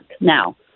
Now